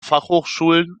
fachhochschulen